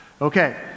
Okay